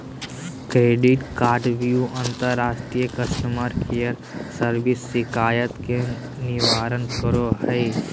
credit कार्डव्यू अंतर्राष्ट्रीय customer care service शिकायत के निवारण करो हइ